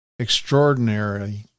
extraordinarily